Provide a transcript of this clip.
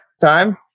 time